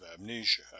amnesia